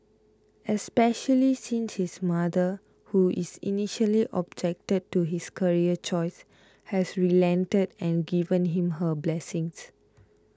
especially since his mother who is initially objected to his career choice has relented and given him her blessings